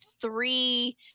three